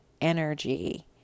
energy